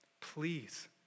please